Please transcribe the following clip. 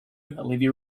olivia